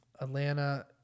Atlanta